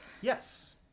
Yes